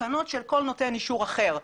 תקנות של כל נותן אישור אחר.